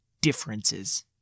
differences